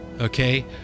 okay